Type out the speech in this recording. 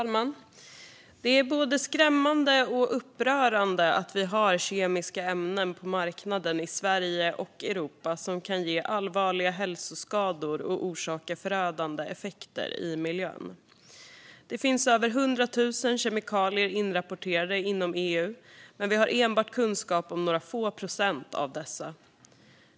Fru talman! Det är både skrämmande och upprörande att vi har kemiska ämnen på marknaden i Sverige och Europa som kan ge allvarliga hälsoskador och orsaka förödande effekter i miljön. Det finns över 100 000 kemikalier inrapporterade inom EU, men vi har enbart kunskap om några få procent av dessa.